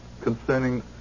Concerning